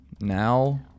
Now